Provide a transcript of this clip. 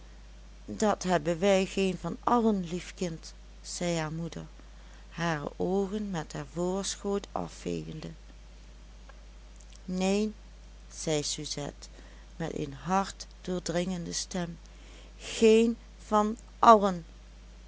dat hebben wij geen van allen lief kind zei haar moeder hare oogen met haar voorschoot afvegende neen zei suzette met een hartdoordringende stem geen van allen